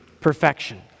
perfection